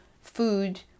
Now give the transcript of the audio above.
food